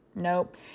Nope